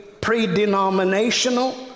pre-denominational